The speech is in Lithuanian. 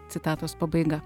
citatos pabaiga